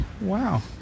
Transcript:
Wow